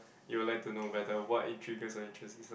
you would like to know better what intrigues or interests her